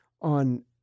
on—